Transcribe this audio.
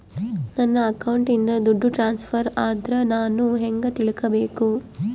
ನನ್ನ ಅಕೌಂಟಿಂದ ದುಡ್ಡು ಟ್ರಾನ್ಸ್ಫರ್ ಆದ್ರ ನಾನು ಹೆಂಗ ತಿಳಕಬೇಕು?